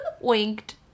Winked